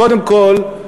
קודם כול,